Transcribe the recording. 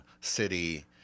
City